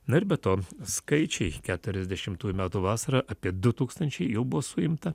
na ir be to skaičiai keturiasdešimtųjų metų vasarą apie du tūkstančiai jau buvo suimta